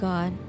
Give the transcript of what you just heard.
God